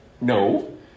No